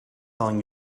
calling